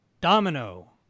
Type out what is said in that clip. Domino